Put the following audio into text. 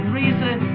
reason